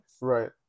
Right